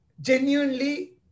Genuinely